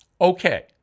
Okay